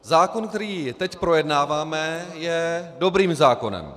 Zákon, který teď projednáváme, je dobrým zákonem.